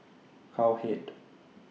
Cowhead